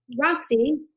Roxy